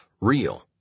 real